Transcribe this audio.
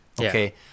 okay